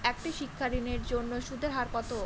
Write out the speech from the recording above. একটি শিক্ষা ঋণের জন্য সুদের হার কত?